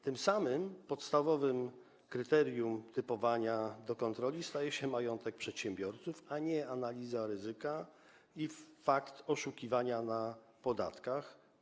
Tym samym podstawowym kryterium typowania do kontroli staje się majątek przedsiębiorców, a nie analiza ryzyka i fakt oszukiwania na podatkach.